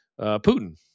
Putin